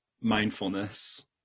mindfulness